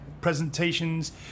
presentations